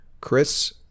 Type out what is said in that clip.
Chris